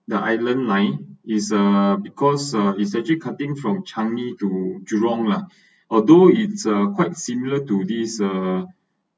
the island line is uh because uh is actually coming from changi to jurong lah although it's uh quite similar to this uh